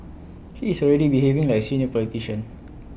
he is already behaving like senior politician